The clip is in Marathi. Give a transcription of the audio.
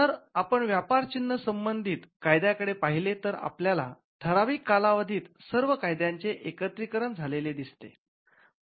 जर आपण व्यापार चिन्ह संबंधित कायद्यांकडे पाहिले तर आपल्याला ठराविक कालावधीत सर्व कायद्यांचे एकत्रीकरण झालेले दिसते